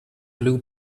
blue